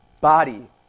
body